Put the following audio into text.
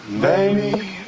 baby